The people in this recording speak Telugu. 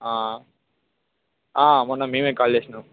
మొన్న మేము కాల్ చేసినాం